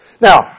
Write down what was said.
Now